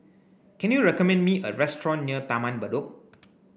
can you recommend me a restaurant near Taman Bedok